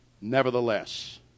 nevertheless